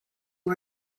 who